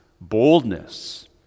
boldness